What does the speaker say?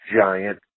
giant